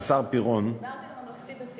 שהשר פירון, דיברתי על ממלכתי-דתי.